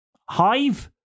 Hive